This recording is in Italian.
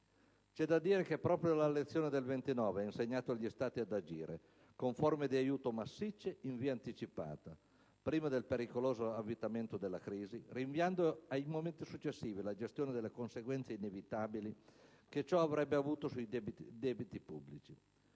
C'è da dire che proprio la lezione del '29 ha insegnato agli Stati ad agire con forme di aiuto massicce in via anticipata, prima del pericoloso avvitamento della crisi, rinviando ai momenti successivi la gestione delle conseguenze inevitabili che ciò avrebbe avuto sui debiti pubblici.